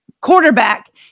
quarterback